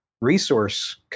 resource